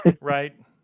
Right